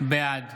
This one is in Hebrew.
בעד